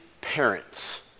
parents